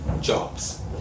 jobs